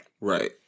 Right